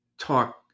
talk